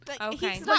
Okay